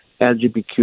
LGBTQ